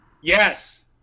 yes